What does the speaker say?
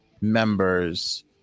members